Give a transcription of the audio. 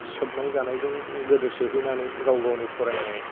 सोबनाय जानायजों गोदोसोहोनानै गाव गावनि फरायनाय